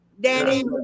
Danny